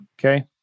Okay